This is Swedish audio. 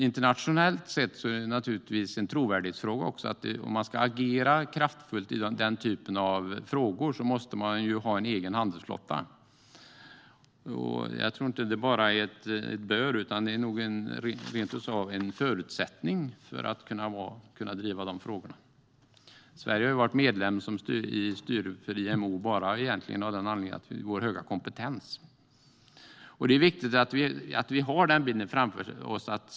Internationellt sett är det också en trovärdighetsfråga. Om man ska agera kraftfullt i den typen av frågor måste man ha en egen handelsflotta. Det handlar nog inte bara om att man bör ha det; det är nog rent av en förutsättning för att man ska kunna driva de frågorna. Sverige har varit medlem i styret för IMO egentligen bara av den anledningen att vi har hög kompetens. Det är viktigt att vi har den bilden klar för oss.